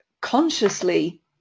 consciously